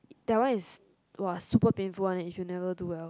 that one is !wah! super painful one if you never do well